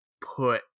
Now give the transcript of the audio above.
put